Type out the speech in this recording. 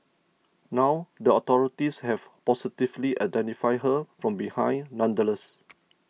now the authorities have positively identified her from behind nonetheless